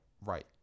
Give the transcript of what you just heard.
Right